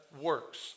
works